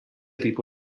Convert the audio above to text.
typu